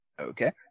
Okay